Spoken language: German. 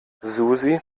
susi